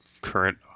current